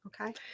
Okay